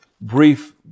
brief